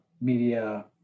media